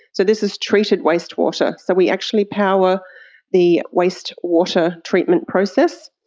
so this is treated wastewater, so we actually power the wastewater treatment process.